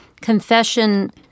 confession